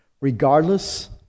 regardless